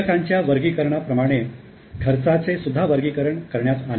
देयकांच्या वर्गीकरणाप्रमाणे खर्चाचे सुद्धा वर्गीकरण करण्यात आले